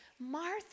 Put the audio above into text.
Martha